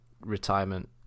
retirement